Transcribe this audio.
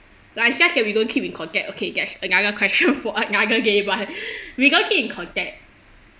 like just that we don't keep in contact okay that's another question for another day but we don't keep in contact